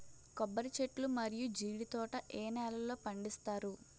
కొబ్బరి చెట్లు మరియు జీడీ తోట ఏ నేలల్లో పండిస్తారు?